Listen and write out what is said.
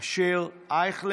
מיכאל